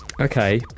Okay